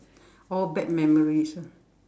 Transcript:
all bad memories ah